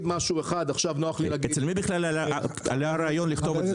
אצל מי בכלל עלה הרעיון לכתוב את זה?